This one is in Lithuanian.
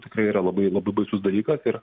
tikrai yra labai labai baisus dalykas ir